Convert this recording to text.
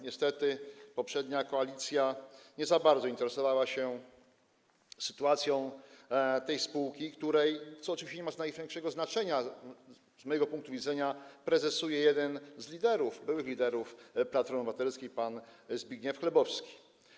Niestety poprzednia koalicja nie za bardzo interesowała się sytuacją tej spółki, której - co oczywiście nie ma większego znaczenia z mojego punktu widzenia - prezesuje jeden z liderów, byłych liderów Platformy Obywatelskiej pan Zbigniew Chlebowski.